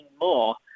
more